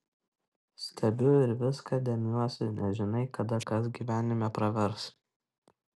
stebiu ir viską dėmiuosi nežinai kada kas gyvenime pravers